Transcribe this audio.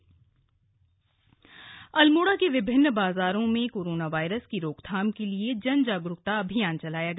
corona virus Almora Almora के विभिन्न बाजारों में कोरोना वायरस की रोकथाम के लिए जनजागरूकता अभियान चलाया गया